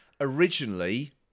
originally